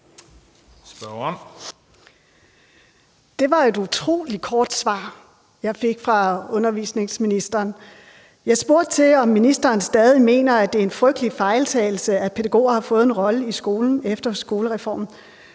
Det var et utrolig kort svar, jeg fik fra undervisningsministeren. Jeg spurgte, om ministeren stadig mener, at det er en frygtelig fejltagelse, at pædagoger har fået en rolle i skolen efter skolereformen,